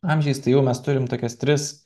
amžiais tai jau mes turim tokias tris